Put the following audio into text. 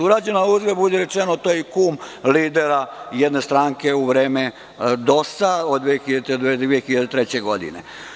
Uzgred budi rečeno, to je i kum lidera jedne stranke u vreme DOS-a od 2000. do 2003. godine.